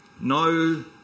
No